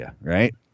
right